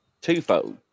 Twofold